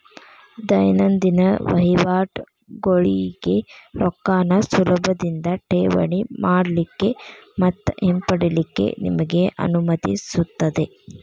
ದೈನಂದಿನ ವಹಿವಾಟಗೋಳಿಗೆ ರೊಕ್ಕಾನ ಸುಲಭದಿಂದಾ ಠೇವಣಿ ಮಾಡಲಿಕ್ಕೆ ಮತ್ತ ಹಿಂಪಡಿಲಿಕ್ಕೆ ನಿಮಗೆ ಅನುಮತಿಸುತ್ತದೆ